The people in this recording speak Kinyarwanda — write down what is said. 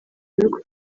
bihugu